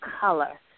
color